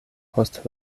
post